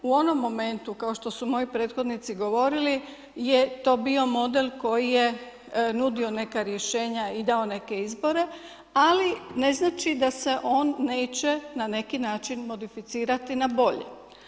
U onom momentu, kao što su prethodnici govorili je to bio model koji je nudio neka rješenja i dao neke izbore ali ne znači da se on neće na neki način modificirati na bolje.